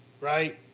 right